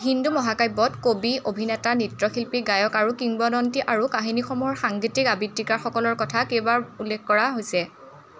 হিন্দু মহাকাব্যত কবি অভিনেতা নৃত্যশিল্পী গায়ক আৰু কিংবদন্তি আৰু কাহিনীসমূহৰ সাংগীতিক আবৃত্তিকাৰসকলৰ কথা কেইবাৰ উল্লেখ কৰা হৈছে